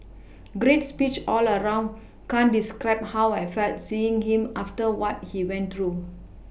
great speech all around can't describe how I felt seeing him after what he went through